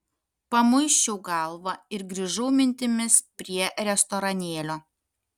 pamuisčiau galvą ir grįžau mintimis prie restoranėlio